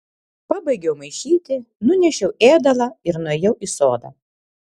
pabaigiau maišyti nunešiau ėdalą ir nuėjau į sodą